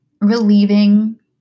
relieving